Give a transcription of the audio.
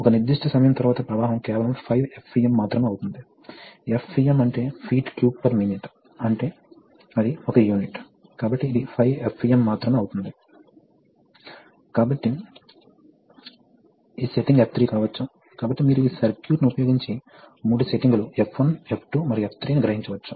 కాబట్టి cylinder J విస్తరించింది దీనిపై ప్రెషర్ ఉందని గుర్తుంచుకోండి కాబట్టి ఈ ప్రెషర్ పట్టుకుంటుంది ఇది ఆదమబడినది సిలిండర్ H ఆదమబడినది కాబట్టి మీరు క్లేమ్పింగ్ కోసం దీనిని ఉపయోగిస్తే క్లేమ్పింగ్ ప్రెషర్ ఉంటుంది